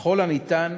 ככל הניתן,